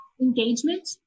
engagement